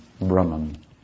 Brahman